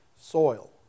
soil